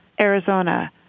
Arizona